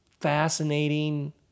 fascinating